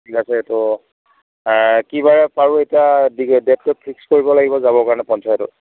কি বাৰে পাৰোঁ এতিয়া ডেটটো ফিক্স কৰিব লাগিব যাবৰ কাৰণে পঞ্চায়তত